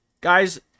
Guys